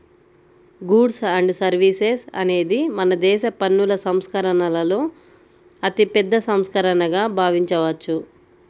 goods and services అనేది మనదేశ పన్నుల సంస్కరణలలో అతిపెద్ద సంస్కరణగా భావించవచ్చు